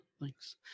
thanks